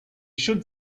should